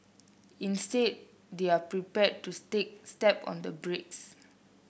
instead they're prepared to step on the brakes